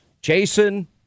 Jason